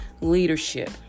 Leadership